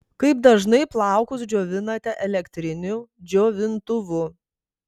kaip dažnai plaukus džiovinate elektriniu džiovintuvu